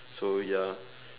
so ya